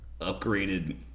upgraded